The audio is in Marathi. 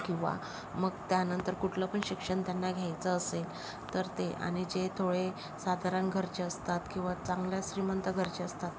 किंवा मग त्यानंतर कुठलं पण शिक्षण त्यांना घ्यायचं असेल तर ते आणि जे थोडे साधारण घरचे असतात किंवा चांगल्या श्रीमंत घरचे असतात